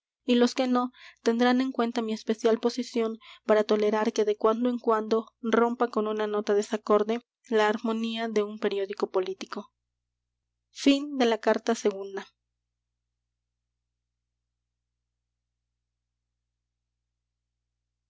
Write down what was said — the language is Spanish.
y los que no tendrán en cuenta mi especial posición para tolerar que de cuando en cuando rompa con una nota desacorde la armonía de un periódico político carta